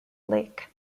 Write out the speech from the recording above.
lake